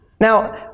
now